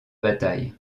bataille